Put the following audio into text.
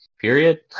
period